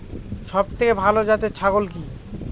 সবথেকে ভালো জাতের ছাগল কি?